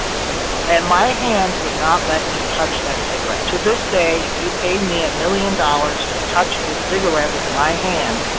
and my hand would not let me touch that cigarette. to this day, if you paid me a million dollars to touch a cigarette with my hand,